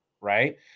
right